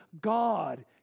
God